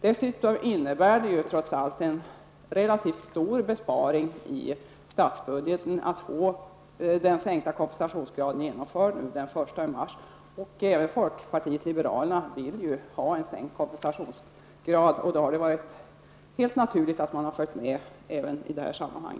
Dessutom innebär det trots allt en relativt stor besparing i statsbudgeten att genomföra den sänkta kompensationsgraden nu den 1 mars. Även folkpartiet liberalerna vill ju ha en sänkt kompensationsgrad, och det hade då varit helt naturligt att man följt med även i detta sammanhang.